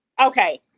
Okay